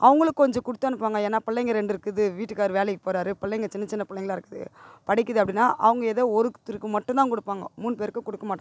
அவங்களும் கொஞ்சம் கொடுத்தனுப்புவாங்க ஏன்னா பிள்ளைங்க ரெண்டு இருக்குது வீட்டுக்கார் வேலைக்கு போகிறாரு பிள்ளைங்க சின்ன சின்ன பிள்ளைங்களா இருக்குது படிக்கிது அப்படின்னா அவங்க எதோ ஒருத்தருக்கு மட்டுந்தான் கொடுப்பாங்க மூணு பேருக்கு கொடுக்க மாட்டாங்க